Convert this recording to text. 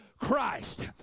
Christ